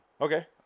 Okay